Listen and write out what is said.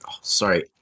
Sorry